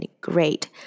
Great